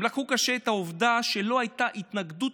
הם לקחו קשה את העובדה שלא הייתה התנגדות